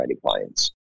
clients